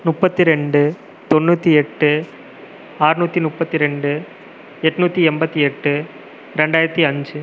முப்பத்தி ரெண்டு தொண்ணூற்றி எட்டு ஆறுநூற்றி முப்பத்தி ரெண்டு எட்நூற்றி என்பத்தி எட்டு ரெண்டாயிரத்தி அஞ்சு